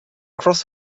cross